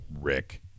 Rick